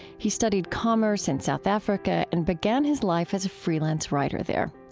he studied commerce in south africa and began his life as a freelance writer there.